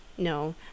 No